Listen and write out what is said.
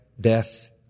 death